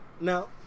Now